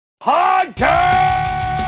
Podcast